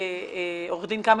עו"ד קמיניץ,